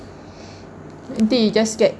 nanti you just get